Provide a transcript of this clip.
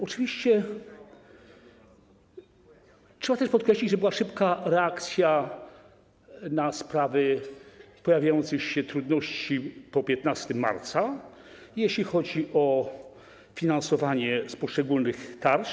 Oczywiście trzeba też podkreślić, że była szybka reakcja na pojawiające się trudności po 15 marca, jeśli chodzi o finansowanie z poszczególnych tarcz.